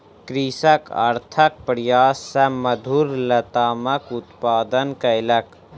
कृषक अथक प्रयास सॅ मधुर लतामक उत्पादन कयलक